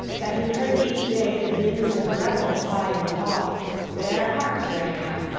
that he heard each day the din of revel high in the hall there harps rang out,